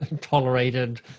tolerated